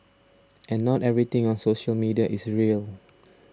and not everything on social media is real